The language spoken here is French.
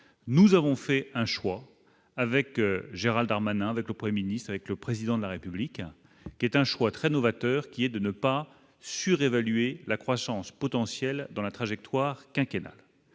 nous avons fait un choix avec Gérald Herrmann avec le 1er ministre avec le président de la République qui est un choix très novateur, qui est de ne pas surévaluer la croissance potentielle dans la trajectoire quinquennal,